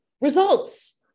results